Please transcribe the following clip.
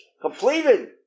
completed